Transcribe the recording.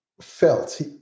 felt